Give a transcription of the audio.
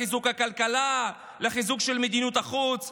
לחיזוק הכלכלה, לחיזוק של מדיניות החוץ.